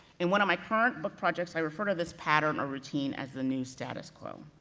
in one of my current book projects, i refer to this pattern or routine as the new status quo.